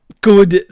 Good